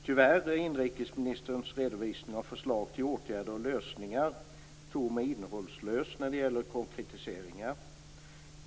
Tyvärr är inrikesministerns redovisning av förslag till åtgärder och lösningar tom, innehållslös, när det gäller konkretiseringar.